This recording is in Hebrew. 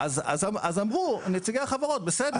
אז אמרו נציגי החברות, בסדר.